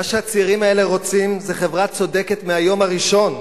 מה שהצעירים האלו רוצים זו חברה צודקת מהיום הראשון,